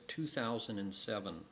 2007